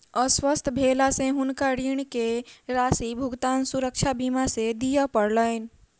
अस्वस्थ भेला से हुनका ऋण के राशि भुगतान सुरक्षा बीमा से दिय पड़लैन